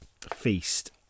feast